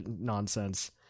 nonsense